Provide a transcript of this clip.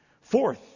Fourth